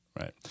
right